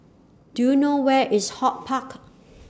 Do YOU know Where IS HortPark